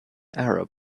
arab